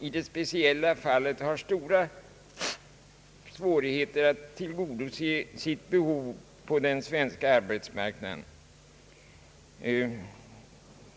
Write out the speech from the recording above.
i det speciella fallet har stora svårigheter att tillgodose sitt behov på den svenska arbetsmarknaden.